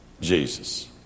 Jesus